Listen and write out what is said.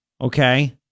Okay